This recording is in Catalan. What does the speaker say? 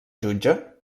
jutge